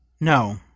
no